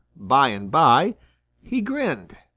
by and by he grinned.